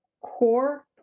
core